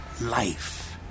life